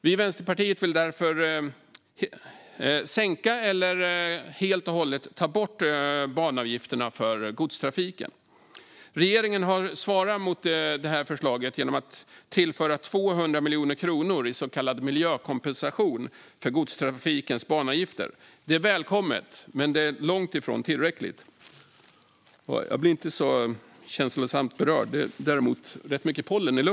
Vi i Vänsterpartiet vill därför sänka eller helt och hållet avskaffa banavgifterna för godstrafiken. Regeringen har svarat på det här förslaget med att tillföra 200 miljoner kronor i så kallad miljökompensation för godstrafikens banavgifter. Det är välkommet men långt ifrån tillräckligt.